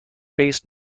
based